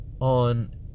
on